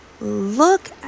look